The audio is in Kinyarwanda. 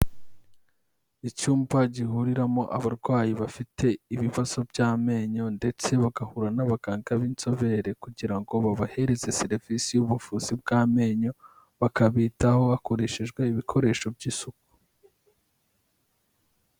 Icyumba gihuriramo abarwayi bafite ibibazo by'amenyo ndetse bagahura n'abaganga b'inzobere kugira ngo babahereze serivisi y'ubuvuzi bw'amenyo, bakabitaho hakoreshejwe ibikoresho by'isuku.